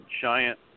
giant